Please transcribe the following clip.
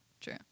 true